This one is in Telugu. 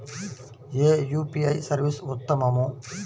ఏ యూ.పీ.ఐ సర్వీస్ ఉత్తమము?